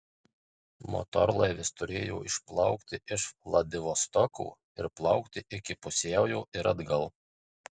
motorlaivis turėjo išplaukti iš vladivostoko ir plaukti iki pusiaujo ir atgal